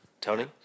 Tony